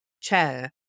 chair